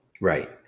right